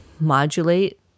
modulate